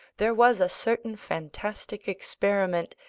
there was a certain fantastic experiment,